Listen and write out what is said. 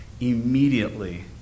immediately